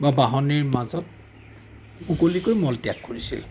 বা বাঁহনিৰ মাজত মুকলিকৈ মলত্যাগ কৰিছিল